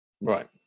Right